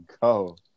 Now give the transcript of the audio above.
go